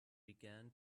began